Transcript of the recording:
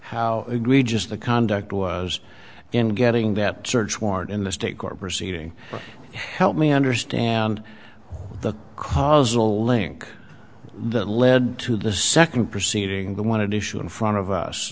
how egregious the conduct was in getting that search warrant in the state court proceeding help me understand the causal link that led to the second proceeding the wanted issue in front of us